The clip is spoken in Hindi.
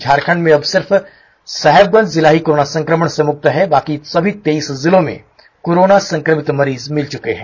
झारखंड में अब सिर्फ साहेबगंज जिला ही कोरोना संक्रमण से मुक्त है बाकी सभी तेईस जिलों में कोरोना संक्रमित मरीज मिल चुके हैं